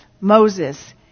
Moses